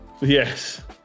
yes